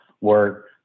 work